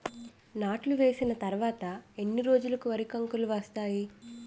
నాట్లు వేసిన తర్వాత ఎన్ని రోజులకు వరి కంకులు వస్తాయి?